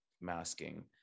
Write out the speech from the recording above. masking